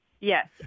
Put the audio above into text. Yes